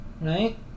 right